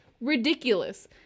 Ridiculous